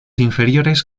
inferiores